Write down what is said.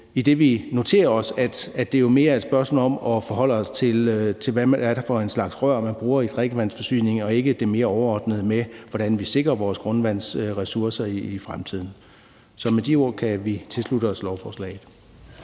idet vi noterer os, at det mere er et spørgsmål om at forholde sig til, hvad det er for en slags rør, man bruger i drikkevandsforsyninger, og ikke det mere overordnede med, hvordan vi sikrer vores grundvandsressourcer i fremtiden. Så med de ord kan vi tilslutte os lovforslaget.